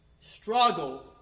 struggle